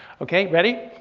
okay ready?